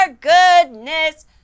goodness